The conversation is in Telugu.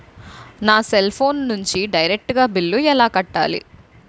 నా సెల్ ఫోన్ నుంచి డైరెక్ట్ గా బిల్లు ఎలా కట్టాలి?